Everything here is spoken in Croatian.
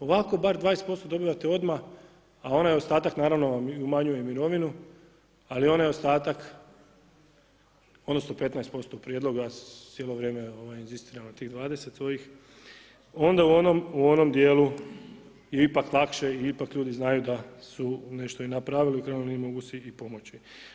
Ovako bar 20% dobivate odmah, a onaj ostatak naravno vam umanjuje mirovinu, ali onaj ostatak, odnosno 15% prijedloga cijelo vrijeme inzistiram na tih 20 svojih, onda u onom dijelu je ipak lakše i ipak ljudi znaju da su nešto i napravili, u krajnjoj liniji mogu si i pomoći.